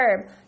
verb